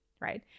right